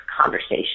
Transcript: conversation